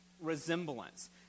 resemblance